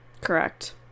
correct